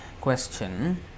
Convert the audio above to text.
question